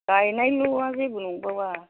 गायनायल'वा जेबो नंबावा